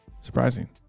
surprising